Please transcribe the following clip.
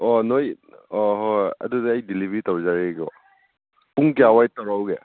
ꯑꯣ ꯅꯣꯏ ꯑꯣ ꯍꯣꯏ ꯍꯣꯏ ꯑꯗꯨꯗꯤ ꯑꯩ ꯗꯤꯂꯤꯕ꯭ꯔꯤ ꯇꯧꯖꯔꯒꯦꯀꯣ ꯄꯨꯡ ꯀꯌꯥꯋꯥꯏ ꯇꯧꯔꯛꯎꯒꯦ